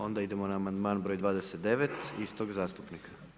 Onda idemo na amandman broj 29 istog zastupnika.